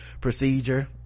procedure